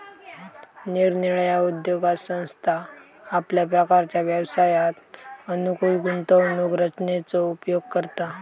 निरनिराळ्या उद्योगात संस्था आपल्या प्रकारच्या व्यवसायास अनुकूल गुंतवणूक रचनेचो उपयोग करता